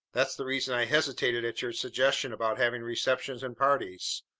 that's the reason i hesitated at your suggestion about having receptions and parties.